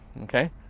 Okay